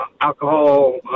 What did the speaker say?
alcohol